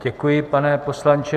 Děkuji, pane poslanče.